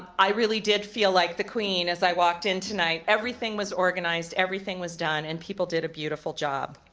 i really did feel like the queen as i walked in tonight. everything was organized, everything was done, and people did a beautiful job.